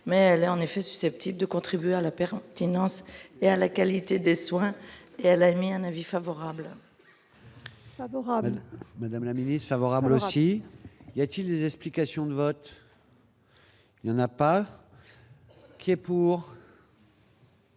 mais elle est en effet susceptible de contribuer à la paieront finance et à la qualité des soins et elle a mis un avis favorable. Mohamed madame la milice favorable aussi, il y a-t-il des explications de vote. Il y en a pas, qui est pour.